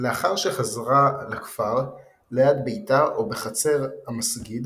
לאחר שחזרה לכפר, ליד ביתה או בחצר המסגיד